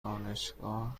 دانشگاه